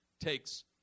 takes